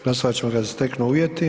Glasovat ćemo kad se steknu uvjeti.